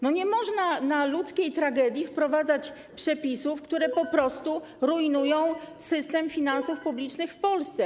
Nie można na ludzkiej tragedii wprowadzać przepisów, które po prostu rujnują system finansów publicznych w Polsce.